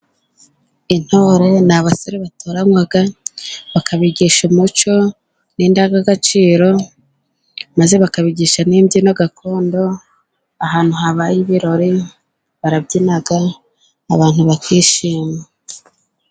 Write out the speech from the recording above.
Intore ni abasore batoranywa, bakabigisha umuco n' indangagaciro, maze bakabigisha n' imbyino gakondo; ahantu habaye ibirori barabyina, abantu bakishima.